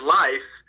life